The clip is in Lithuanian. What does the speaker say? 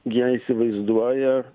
jie įsivaizduoja